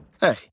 Hey